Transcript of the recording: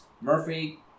Murphy